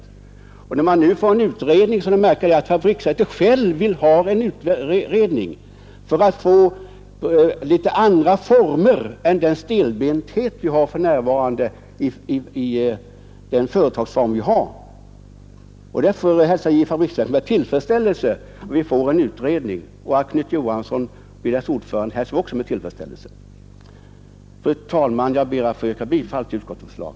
Jag hälsar med tillfredsställelse att man nu får en utredning, vilket fabriksverken själva vill ha för att bl.a. få till stånd en lämplig företagsform och minska den stelbenthet vi har för närvarande i den nuvarande företagsformen, och att Knut Johansson blir utredningens ordförande hälsar jag också med tillfredsställelse. Fru talman! Jag ber att få yrka bifall till utskottets förslag.